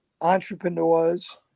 entrepreneurs